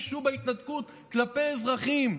הוגשו בהתנתקות כלפי אזרחים.